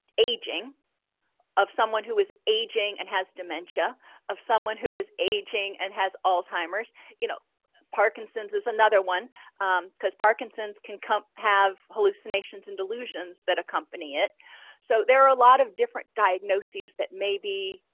aging of someone who is aging and has dementia of someone who is aging and has alzheimer's you know parkinson's is another another one because parkinson's can come have hallucinations and delusions that accompany it so there are a lot of different diagnoses that may be